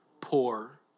Poor